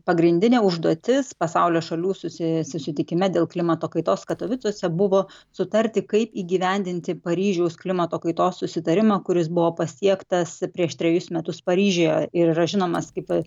pagrindinė užduotis pasaulio šalių susi susitikime dėl klimato kaitos katovicuose buvo sutarti kaip įgyvendinti paryžiaus klimato kaitos susitarimą kuris buvo pasiektas prieš trejus metus paryžiuje ir yra žinomas kaip